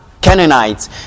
Canaanites